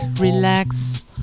relax